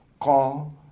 call